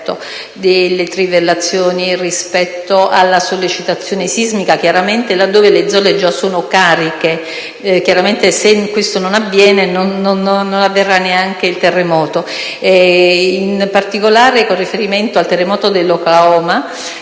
delle trivellazioni rispetto alla sollecitazione sismica, chiaramente là dove le zolle già sono cariche. Chiaramente, se questo non avviene, non avverrà neanche il terremoto. In particolare, con riferimento al terremoto dell'Oklahoma,